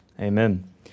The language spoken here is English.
Amen